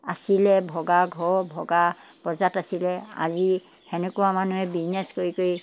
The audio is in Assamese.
আছিলে ভগা ঘৰ ভগা পঁজাত আছিলে আজি তেনেকুৱা মানুহে বিজনেছ কৰি কৰি